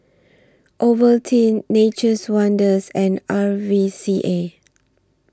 Ovaltine Nature's Wonders and R V C A